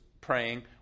praying